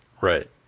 Right